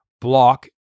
block